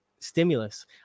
stimulus